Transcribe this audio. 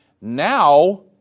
Now